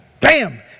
bam